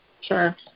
Sure